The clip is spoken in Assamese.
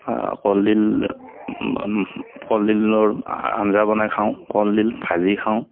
কলডিল কলডিলৰ আঞ্জা বনাই খাওঁ কলডিল ভাজি খাওঁ